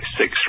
six